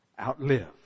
outlive